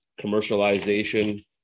commercialization